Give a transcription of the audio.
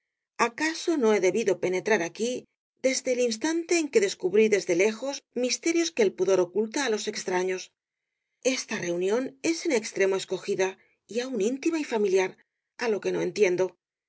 acaso no he debido penetrar aquí desde el instante en que descubrí desde lejos misterios que el pudor oculta á los extraños esta reunión es en extremo escogida y aun íntima y familiar á lo que entiendo